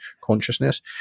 consciousness